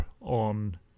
on